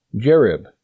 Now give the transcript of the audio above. Jerib